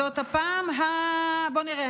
זאת הפעם בואו נראה,